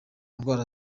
ndwara